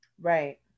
Right